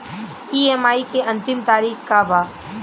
EMI के अंतिम तारीख का बा?